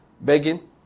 Begging